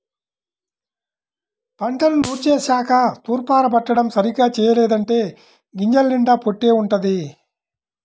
పంటను నూర్చేశాక తూర్పారబట్టడం సరిగ్గా చెయ్యలేదంటే గింజల నిండా పొట్టే వుంటది